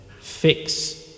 fix